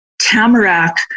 tamarack